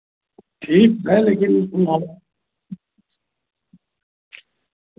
ठीक है लेकिन नॉर्मल